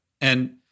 And-